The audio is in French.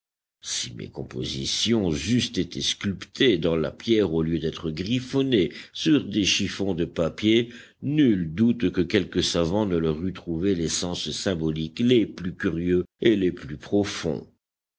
mes compositions eussent été sculptées dans la pierre au lieu d'être griffonnées sur des chiffons de papier nul doute que quelque savant ne leur eût trouvé les sens symboliques les plus curieux et les plus profonds